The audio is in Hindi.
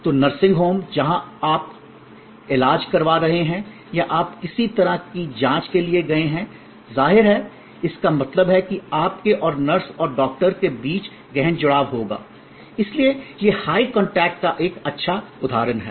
तो नर्सिंग होम जहाँ आप इलाज करवा रहे हैं या आप किसी तरह की जाँच के लिए गए हैं जाहिर है इसका मतलब है कि आपके और नर्स और डॉक्टर के बीच गहन जुड़ाव होगा इसलिए यह हाय कांटेक्ट का एक अच्छा उदाहरण है